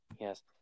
Yes